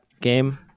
game